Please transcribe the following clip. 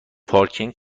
پارکینگ